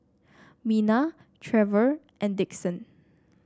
Mina Trevor and Dixon